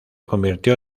convirtió